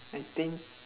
I think